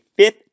Fifth